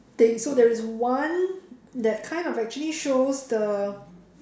thing so there is one that kind of actually shows the